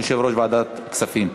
יושב-ראש ועדת הכספים.